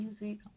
music